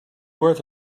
worth